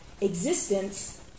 existence